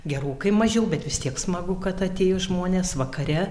gerokai mažiau bet vis tiek smagu kad atėjo žmonės vakare